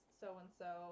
so-and-so